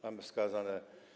Mamy wskazane.